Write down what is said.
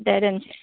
दे दोननोसै